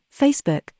Facebook